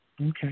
Okay